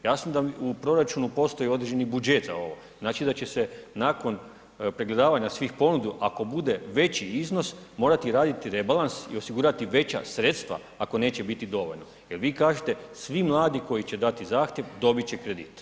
Jasno da u proračunu postoji određeni budžet za ovo, znači da će se nakon pregledavanja svih ponuda ako bude veći iznos, morati raditi rebalans i osigurati veća sredstva ako neće biti dovoljno jer vi kažete svi mladi koji će dati zahtjev, dobit će kredit, hvala vam.